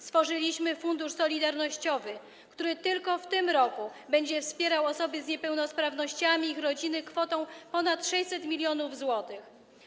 Stworzyliśmy fundusz solidarnościowy, który tylko w tym roku wesprze osoby z niepełnosprawnościami i ich rodziny kwotą ponad 600 mln zł.